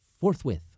forthwith